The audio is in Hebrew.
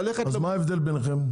ללכת ל --- אז מה ההבדל ביניכם?